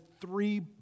three